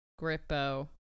Grippo